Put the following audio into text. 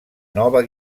nova